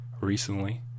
recently